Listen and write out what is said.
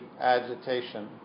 agitation